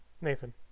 Nathan